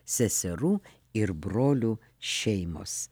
seserų ir brolių šeimos